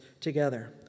together